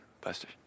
Buster